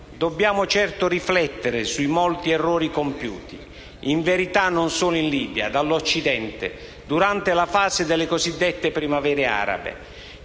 Dobbiamo certo riflettere sui molti errori compiuti - in verità non solo in Libia - dall'Occidente durante la fase delle cosiddette primavere arabe.